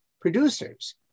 producers